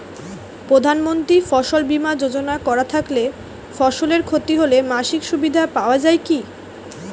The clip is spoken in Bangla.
প্রধানমন্ত্রী ফসল বীমা যোজনা করা থাকলে ফসলের ক্ষতি হলে মাসিক সুবিধা পাওয়া য়ায় কি?